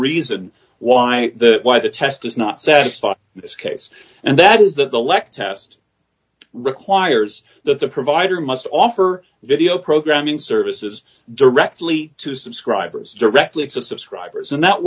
reason why the why the test is not satisfied in this case and that is that the lek test requires that the provider must offer video programming services directly to subscribers directly so subscribers and that